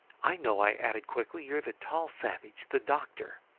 i know! i added quickly you are the tall savage the doctor!